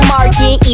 Market